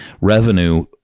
revenue